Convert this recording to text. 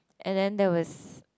and there was